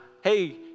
hey